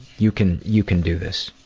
you can, you can do this.